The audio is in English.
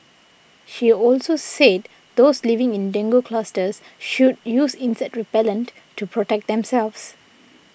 she also said those living in dengue clusters should use insect repellent to protect themselves